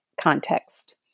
context